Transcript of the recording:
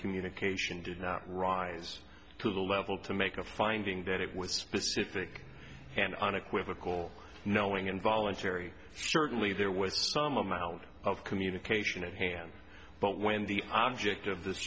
communication did not rise to the level to make a finding that it was specific and unequivocal knowing involuntary certainly there was some amount of communication at hand but when the object of this